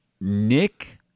Nick